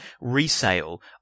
resale